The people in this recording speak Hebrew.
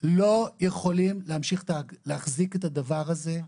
לא יכולים להמשיך להחזיק את הדבר הזה,